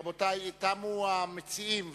רבותי, תמו המציעים.